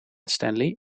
stanley